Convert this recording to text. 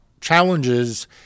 challenges